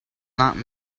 not